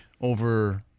over